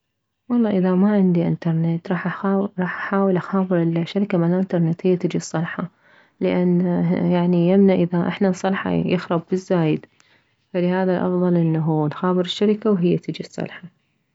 والله اذا ما عندي انترنت راح اخابر راح احاول اخابر الشركة مالانترنت هي تجي تصلحه لان يعني يمنا اذا احنا نصلحه يخرب بالزايد فلهذا الافضل انه نخابر الشركة وهي تجي تصلحه